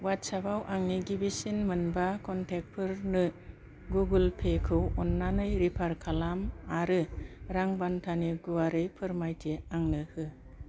अवाट्सएपाव आंनि गिबिसिन मोनब्ला कनटेक्टफोरनो गुगोल पेखौ अननानै रिफार खालाम आरो रां बान्थानि गुवारै फोरमायथि आंनो हो